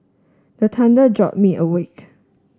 the thunder jolt me awake